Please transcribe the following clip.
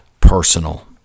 personal